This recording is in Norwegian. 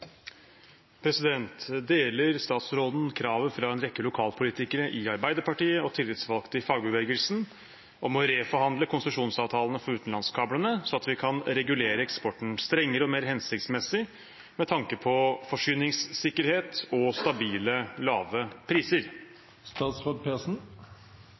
kravet fra en rekke lokalpolitikere i Arbeiderpartiet og tillitsvalgte i fagbevegelsen om å reforhandle konsesjonsavtalene for utenlandskablene, slik at vi kan regulere eksporten strengere og mer hensiktsmessig med tanke på forsyningssikkerhet og stabile, lave